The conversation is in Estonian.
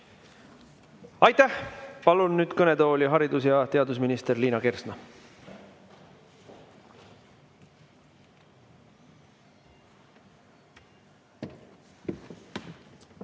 Aitäh! Palun nüüd kõnetooli haridus‑ ja teadusminister Liina Kersna.